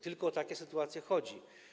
Tylko o takie sytuacje chodzi.